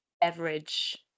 beverage